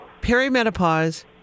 perimenopause